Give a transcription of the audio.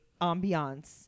ambiance